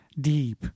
deep